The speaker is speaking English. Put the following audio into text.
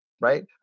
right